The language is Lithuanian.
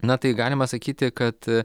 na tai galima sakyti kad